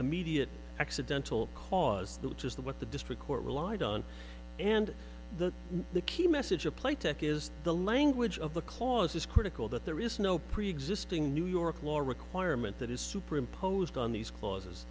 immediate accidental cause the gist of what the district court relied on and that the key message apply tech is the language of the clause is critical that there is no preexisting new york law requirement that is super imposed on these clause